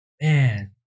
Man